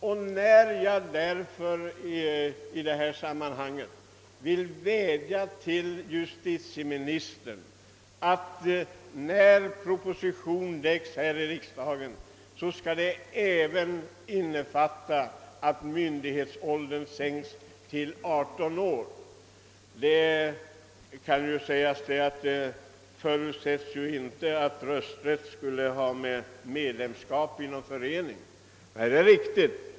Jag vill därför vädja till justitieministern att han, när han framlägger proposition angående myndighetsåldern, låter den även innefatta förslag om att myndighetsåldern sänks till 18 år. Det kan visserligen sägas att det inte förutsätts att rösträtt skulle ha att göra med medlemskap i någon förening. Det är riktigt.